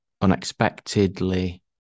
Unexpectedly